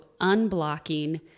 unblocking